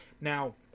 Now